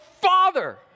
Father